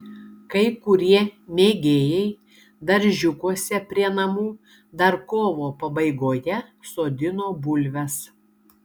kai kurie mėgėjai daržiukuose prie namų dar kovo pabaigoje sodino bulves